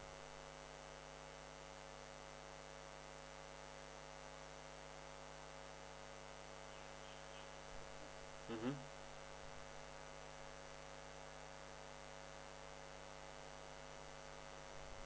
mmhmm